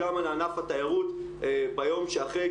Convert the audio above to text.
גם ענף התיירות ביום שאחרי,